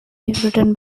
written